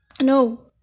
no